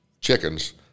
chickens